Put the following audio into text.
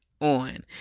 on